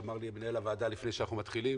אמר לי מנהל הוועדה שלפני שאנחנו מתחילים